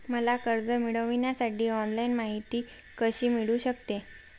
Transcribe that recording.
मला कर्ज मिळविण्यासाठी ऑनलाइन माहिती कशी मिळू शकते?